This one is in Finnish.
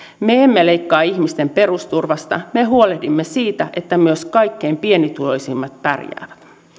me emme leikkaa ihmisten perusturvasta me huolehdimme siitä että myös kaikkein pienituloisimmat pärjäävät